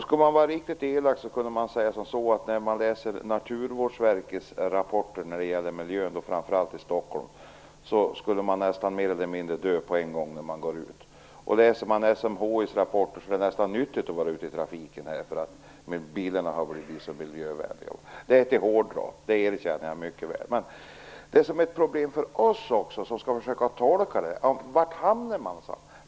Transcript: Skall man vara riktigt elak kan man säga att läser man Stockholm, kan man tro att man kommer att mer eller mindre dö på en gång när man går ut. Läser man SMHI:s rapport är det nästan nyttigt att vara ute i trafiken eftersom bilarna har blivit så miljövänliga. Detta är att hårdra, och det erkänner jag villigt. Men det som också är ett problem för oss som skall försöka tolka detta är var man hamnar någonstans i slutändan.